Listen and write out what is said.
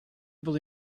able